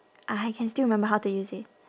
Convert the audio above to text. ah I can still remember how to use it